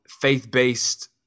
faith-based